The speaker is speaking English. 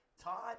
Todd